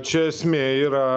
čia esmė yra